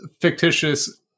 fictitious